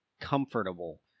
comfortable